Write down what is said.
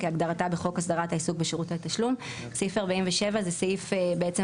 כהגדרתה בחוק הסדרת העיסוק בשירותי תשלום"; סעיף 47 זה סעיף בעצם